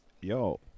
Yo